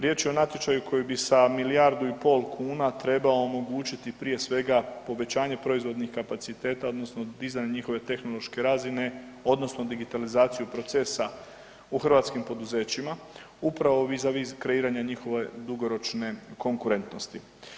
Riječ je o natječaju koji bi sa milijardu i pol kuna trebao omogućiti prije svega povećanje proizvodnih kapaciteta odnosno dizanje njihove tehnološke razine odnosno digitalizaciju procesa u hrvatskim poduzećima upravo vizavi kreiranja njihove dugoročne konkurentnosti.